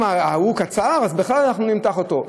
אם ההוא קצר, בכלל נמתח אותו.